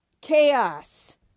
chaos